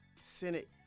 Senate